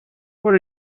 what